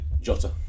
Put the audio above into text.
Jota